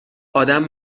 ادم